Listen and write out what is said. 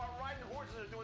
riding horses,